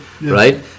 right